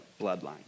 bloodline